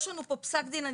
יש פה פסק דין.